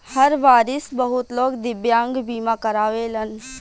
हर बारिस बहुत लोग दिव्यांग बीमा करावेलन